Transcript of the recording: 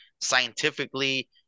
scientifically